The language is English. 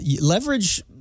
leverage